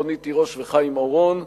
רונית תירוש וחיים אורון,